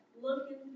looking